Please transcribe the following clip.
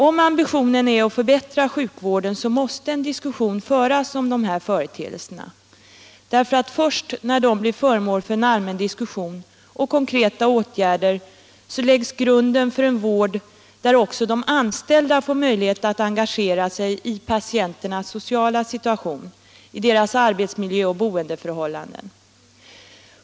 Om ambitionen är att förbättra sjukvården, måste en diskussion föras om dessa företeelser, därför att det är först när de blir föremål för en allmän diskussion och konkreta åtgärder som grunden kan läggas för en vård där också de anställda får möjlighet att engagera sig i patienternas sociala situation, i deras arbetsmiljö och boendeförhållanden.